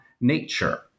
nature